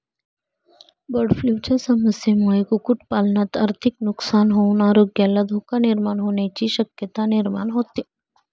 बर्डफ्लूच्या समस्येमुळे कुक्कुटपालनात आर्थिक नुकसान होऊन आरोग्याला धोका निर्माण होण्याची शक्यता निर्माण होते